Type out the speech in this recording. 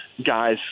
guys